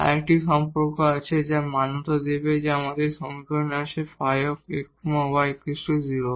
আরেকটি সম্পর্ক আছে যা মান্যতা পেতে হবে এবং আমাদের এই সমীকরণ আছে ϕ x y 0